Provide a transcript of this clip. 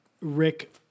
Rick